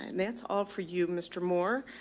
and that's all for you, mr. moore,